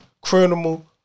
criminal